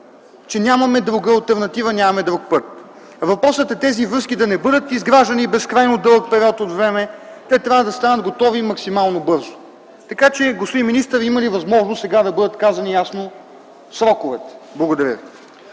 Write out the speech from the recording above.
че нямаме друга алтернатива, нямаме друг път. Въпросът е тези връзки да не бъдат изграждани за безкрайно дълъг период от време. Те трябва да станат максимално бързо. Господин министър, има ли възможност сега да бъдат казани ясно сроковете? Благодаря Ви.